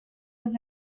was